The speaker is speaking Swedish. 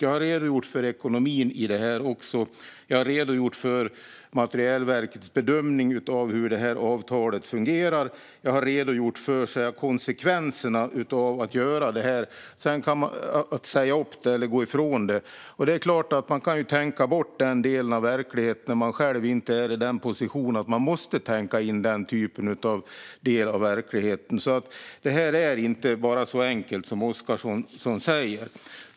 Jag har även redogjort för ekonomin i detta och för Materielverkets bedömning av hur avtalet fungerar. Jag har redogjort för konsekvenserna av att säga upp det eller frångå det. Det är klart att man kan tänka bort denna del av verkligheten när man inte själv är i den position att man måste tänka in den. Detta är inte så enkelt som Oscarsson säger.